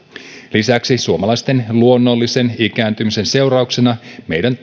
lisäksi suomalaisten luonnollisen ikääntymisen seurauksena meidän